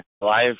life